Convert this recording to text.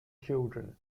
children